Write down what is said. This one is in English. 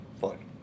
fun